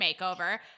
Makeover